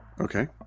Okay